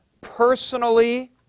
Personally